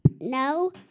no